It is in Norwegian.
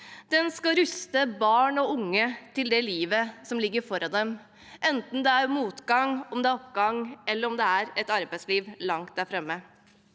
Den skal ruste barn og unge til det livet som ligger foran dem, enten det er motgang eller medgang, eller om det er et arbeidsliv langt der fremme.